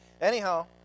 anyhow